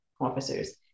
officers